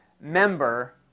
member